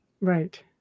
Right